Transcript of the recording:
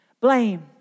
Blame